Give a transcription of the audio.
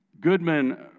Goodman